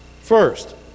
First